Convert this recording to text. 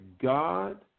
God